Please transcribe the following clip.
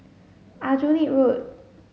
Aljunied Road